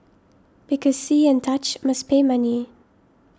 because see and touch must pay money